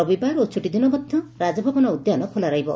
ରବିବାର ଓ ଛୁଟିଦିନ ମଧ୍ୟ ରାଜଭବନ ଉଦ୍ୟାନ ଖୋଲା ରହିବ